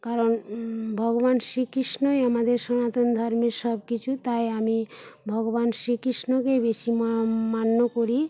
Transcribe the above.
কারণ ভগবান শ্রীকৃষ্ণই আমাদের সনাতন ধর্মের সবকিছু তাই আমি ভগবান শ্রীকৃষ্ণকেই বেশি মা মান্য করি